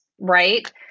right